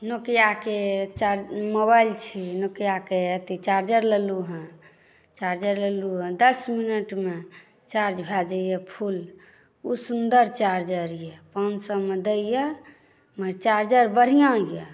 नोकियाके mobile छै नोकियाके अथी चार्जर लेलहुँ हेँ चार्जर लेलहुँ हेँ दस मिनटमे चार्ज भए जाइए फुल ओ सुन्दर चार्जर यए पाँच सएमे दैए मगर चार्जर बढ़िआँ यए